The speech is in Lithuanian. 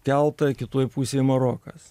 keltą kitoj pusėj marokas